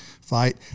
fight